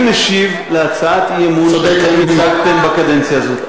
פעם ראשונה שאני משיב על הצעת אי-אמון שאתם הצגתם בקדנציה הזאת.